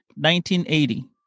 1980